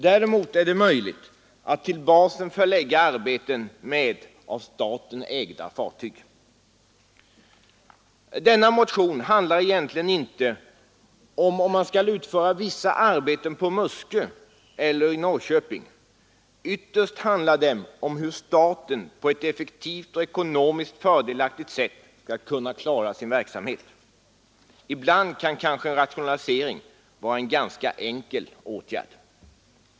Däremot är det möjligt att till basen förlägga arbeten med av staten ägda fartyg. Denna motion handlar egentligen inte om huruvida man skall utföra vissa arbeten på Muskö eller i Norrköping. Ytterst handlar den om hur staten på ett effektivt och ekonomiskt fördelaktigt sätt skall kunna klara sin verksamhet. Ibland kan kanske en rationalisering vara en ganska enkel åtgärd.